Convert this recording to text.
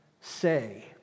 say